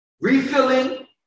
Refilling